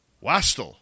Wastel